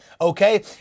okay